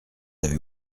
avez